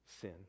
sin